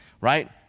right